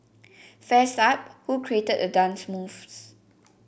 fess up who created a dance moves